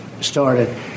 started